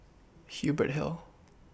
Hubert Hill